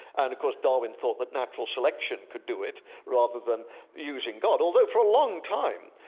and of course darwin thought that natural selection could do it, rather than using god. although, for a long time,